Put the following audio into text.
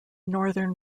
northern